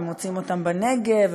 ומוצאים אותן בנגב,